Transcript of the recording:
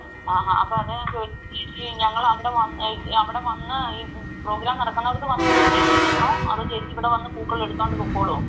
ആഹ അപ്പോൾ അതാണ് ഞാൻ ചോദിച്ചത് ചേച്ചിയെ ഞങ്ങൾ അവിടെ വന്ന് അവിടെ വന്ന് പ്രോഗ്രാം നടക്കുന്നടത്ത് വന്ന് സെറ്റ് ചെയ്തു തരണോ അതോ ചേച്ചി ഇവിടെ വന്ന് പൂക്കൾ എടുത്തുകൊണ്ട് പോയിക്കോളുമോ